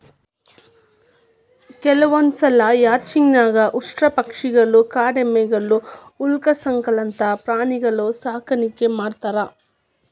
ಕೆಲವಂದ್ಸಲ ರ್ಯಾಂಚಿಂಗ್ ನ್ಯಾಗ ಉಷ್ಟ್ರಪಕ್ಷಿಗಳು, ಕಾಡೆಮ್ಮಿಗಳು, ಅಲ್ಕಾಸ್ಗಳಂತ ಪ್ರಾಣಿಗಳನ್ನೂ ಸಾಕಾಣಿಕೆ ಮಾಡ್ತಾರ